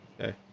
Okay